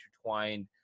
intertwined